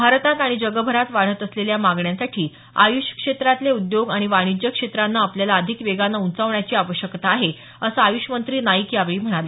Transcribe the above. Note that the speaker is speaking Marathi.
भारतात आणि जगभरात वाढत असलेल्या मागण्यांसाठी आय़ष क्षेत्रातले उद्योग आणि वाणिज्य क्षेत्रानं आपल्याला अधिक वेगाने उचावण्याची आवश्यकता आहे असं आयुष मंत्री नाईक यावेळी म्हणाले